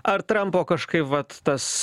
ar trampo kažkaip vat tas